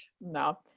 no